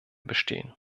bestehen